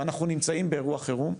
ואנחנו נמצאים באירוע חירום,